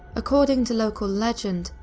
according to local legend,